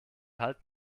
halt